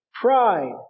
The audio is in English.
pride